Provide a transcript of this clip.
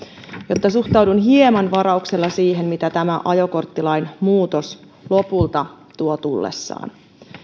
että suhtaudun hieman varauksella siihen mitä tämä ajokorttilain muutos lopulta tuo tullessaan